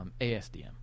ASDM